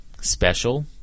special